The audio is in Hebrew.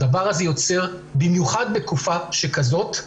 הדבר הזה יוצר, במיוחד בתקופה שכזאת,